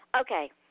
Okay